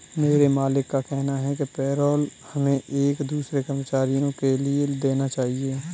मेरे मालिक का कहना है कि पेरोल हमें एक दूसरे कर्मचारियों के लिए देना चाहिए